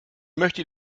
möchte